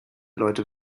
leute